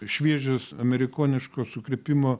šviežias amerikoniško sukrypimo